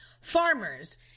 Farmers